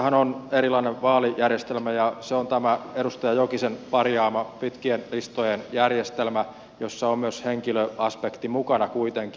ruotsissahan on erilainen vaalijärjestelmä ja se on tämä edustaja jokisen parjaama pitkien listojen järjestelmä jossa on myös henkilöaspekti mukana kuitenkin